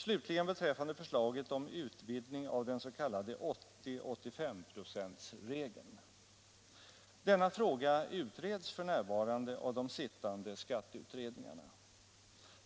Slutligen beträffande förslaget om utvidgning av den s.k. 80/85-procentsregeln: Denna fråga utreds f. n. av de sittande skatteutredningarna.